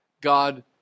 God